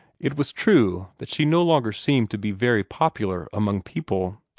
it was true that she no longer seemed to be very popular among people.